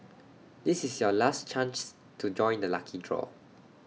this is your last chance to join the lucky draw